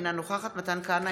אינה נוכחת מתן כהנא,